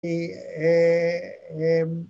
א..אממ..